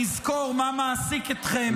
שנזכור מה מעסיק אתכם בזמן מלחמה.